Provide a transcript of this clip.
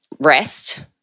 rest